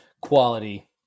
quality